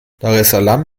daressalam